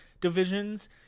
divisions